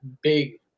big